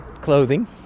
clothing